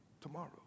tomorrow